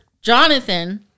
Jonathan